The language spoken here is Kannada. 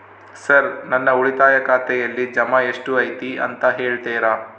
ಸರ್ ನನ್ನ ಉಳಿತಾಯ ಖಾತೆಯಲ್ಲಿ ಜಮಾ ಎಷ್ಟು ಐತಿ ಅಂತ ಹೇಳ್ತೇರಾ?